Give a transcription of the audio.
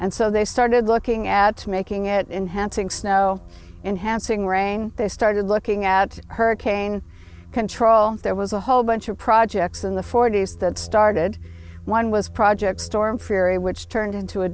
and so they started looking at making it enhancing snow and hansing rain they started looking at hurricane control there was a whole bunch of projects in the forty's that started one was project storm ferry which turned into a